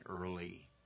early